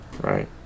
Right